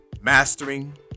mastering